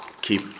keep